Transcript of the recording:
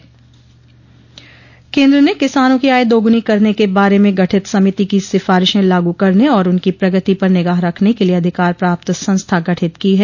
केन्द्र ने किसानों की आय दोगुनी करने के बारे में गठित समिति की सिफारिशें लागू करने और उनकी प्रगति पर निगाह रखने के लिए अधिकार प्राप्त संस्था गठित की है